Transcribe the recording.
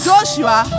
Joshua